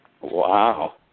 Wow